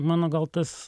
mano gal tas